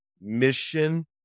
mission